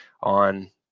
on